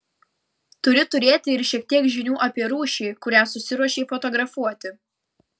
turi turėti ir šiek tiek žinių apie rūšį kurią susiruošei fotografuoti